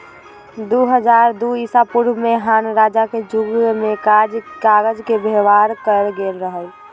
दू हज़ार दू ईसापूर्व में हान रजा के जुग में कागज के व्यवहार कएल गेल रहइ